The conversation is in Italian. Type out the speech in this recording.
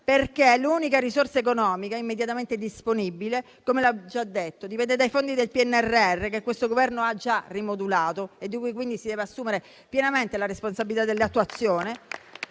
perché l'unica risorsa economica immediatamente disponibile, come ho già detto, dipende dai fondi del PNRR, che questo Governo ha già rimodulato e di cui quindi si deve assumere pienamente la responsabilità dell'attuazione